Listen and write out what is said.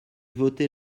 voter